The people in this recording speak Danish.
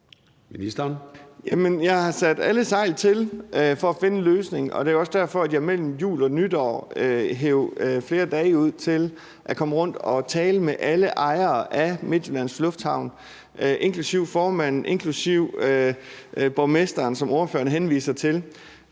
jeg har sat alle sejl til for at finde en løsning. Det er jo også derfor, jeg mellem jul og nytår hev flere dage ud til at komme rundt og tale med alle ejere af Midtjyllands Lufthavn, inklusive formanden og inklusive borgmesteren, som ordføreren henviser til